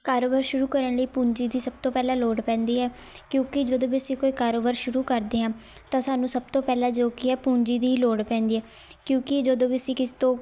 ਕਾਰੋਬਾਰ ਸ਼ੁਰੂ ਕਰਨ ਲਈ ਪੂੰਜੀ ਦੀ ਸਭ ਤੋਂ ਪਹਿਲਾਂ ਲੋੜ ਪੈਂਦੀ ਹੈ ਕਿਉਂਕਿ ਜਦੋਂ ਵੀ ਅਸੀਂ ਕੋਈ ਕਾਰੋਬਾਰ ਸ਼ੁਰੂ ਕਰਦੇ ਹਾਂ ਤਾਂ ਸਾਨੂੰ ਸਭ ਤੋਂ ਪਹਿਲਾਂ ਜੋ ਕਿ ਹੈ ਪੂੰਜੀ ਦੀ ਹੀ ਲੋੜ ਪੈਂਦੀ ਹੈ ਕਿਉਂਕਿ ਜਦੋਂ ਵੀ ਅਸੀਂ ਕਿਸੇ ਤੋਂ